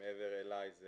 מעבר אליי זה